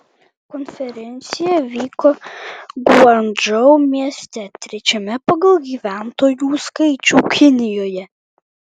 konferencija vyko guangdžou mieste trečiame pagal gyventojų skaičių kinijoje